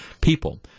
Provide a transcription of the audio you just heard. people